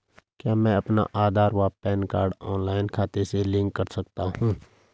क्या मैं अपना आधार व पैन कार्ड ऑनलाइन खाते से लिंक कर सकता हूँ?